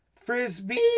frisbee